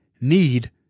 need